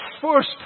first